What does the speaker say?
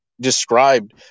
described